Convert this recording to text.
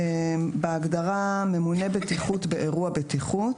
"(2)בהגדרה "ממונה בטיחות באירוע בטיחות",